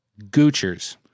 Goochers